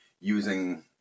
using